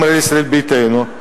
גם לישראל ביתנו,